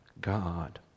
God